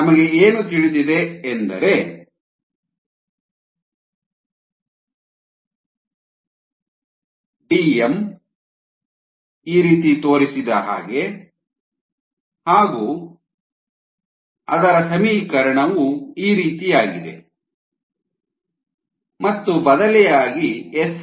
ನಮಗೆ ಏನು ತಿಳಿದಿದೆ ಎಂದರೆ mSmKSSmDm ಹಾಗಾಗಿ mSmDmKSSm μm DmSmKSDm SmKSDmμm Dm ಬದಲಿಯಾಗಿ Sm1×0